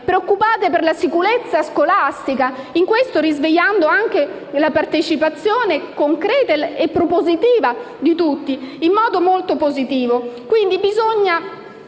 preoccupate per la sicurezza scolastica, in questo risvegliando anche la partecipazione concreta e propositiva di tutti in modo molto positivo.